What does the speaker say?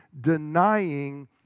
denying